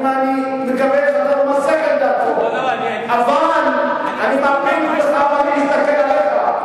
אני מקווה שאתה, אבל אני מביט בך ואני מסתכל עליך.